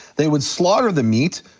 they would slaughter the meat,